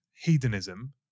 hedonism